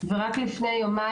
רק הבהרה.